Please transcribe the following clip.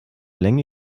länge